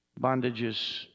bondages